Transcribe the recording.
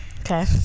okay